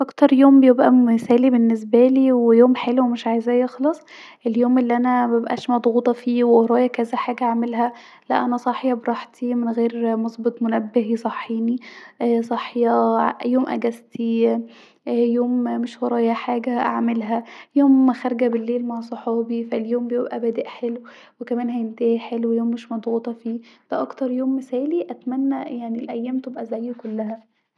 اكتر يوم بيبقي مثالي بالنسبالي ويوم حلو مش عايزاه يخلص اليوم الي انا مبقاش مضغوطة فيه و ورايا كذا حاجه اعملها لا انا صاحيه براحتي من غير ما اظبط منبه يصحيني صاحيه يوم اجازتي يوم مش ورايا اي حاجه اعملها يوم خارجه بليل مع صحابي اليوم بيبقي بادئ حلو وكمان هينتهي حلو يوم مش مضغوطة فيه دا اكتر يوم مثالي اتمني ان الايام تبقي زيه كلها